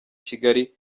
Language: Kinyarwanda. kigali